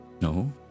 no